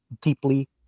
deeply